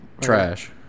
trash